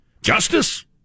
Justice